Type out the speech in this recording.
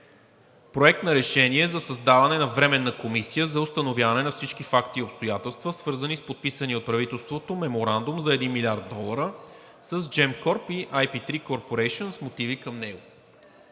Проект на решение за създаване на Временна комисия за установяване на всички факти и обстоятелства, свързани с подписания от правителството Меморандум за 1 млрд. долара с Gеmcorp и IP3 Corporation с мотиви към него.